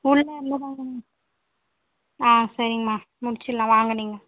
உள்ளே எங்கே பார்க்கணும் ஆ சரிங்கம்மா முடிச்சிடலாம் வாங்க நீங்கள்